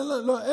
יש